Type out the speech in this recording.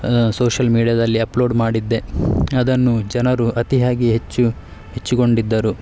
social ಮೀಡ್ಯಾದಲ್ಲಿ upload ಮಾಡಿದ್ದೆ ಅದನ್ನು ಜನರು ಅತಿಯಾಗಿ ಹೆಚ್ಚು ಮೆಚ್ಚಿಕೊಂಡಿದ್ದರು